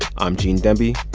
i'm gene demby.